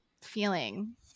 feeling